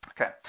Okay